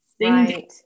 Right